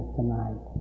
tonight